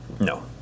No